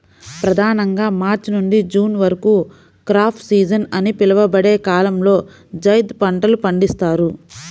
ప్రధానంగా మార్చి నుండి జూన్ వరకు క్రాప్ సీజన్ అని పిలువబడే కాలంలో జైద్ పంటలు పండిస్తారు